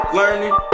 learning